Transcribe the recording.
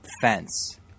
fence